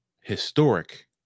historic